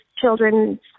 children